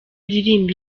uririmba